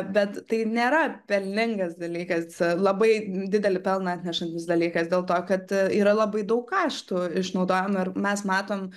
bet tai nėra pelningas dalykas labai didelį pelną atnešantis dalykas dėl to kad yra labai daug kaštų išnaudojama ir mes matom